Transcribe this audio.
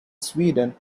sweden